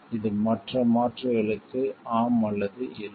இது மற்ற மாற்றுகளுக்கு ஆம் அல்லது இல்லை